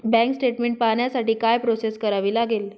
Bank statement पाहण्यासाठी काय process करावी लागेल?